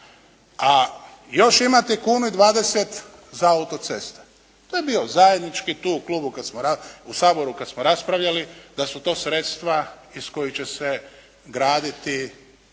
A još imate kunu i 20 na autoceste. To je bio zajednički tu u Saboru kad smo raspravljali da su to sredstva iz kojih će se graditi